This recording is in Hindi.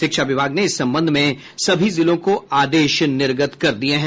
शिक्षा विभाग ने इस संबंध में सभी जिलों को आदेश निर्गत कर दिया है